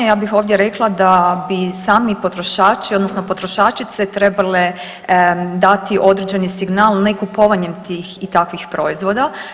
Ja bih ovdje rekla da bi sami potrošači odnosno potrošačice trebale dati određeni signal ne kupovanjem tih i takvih proizvoda.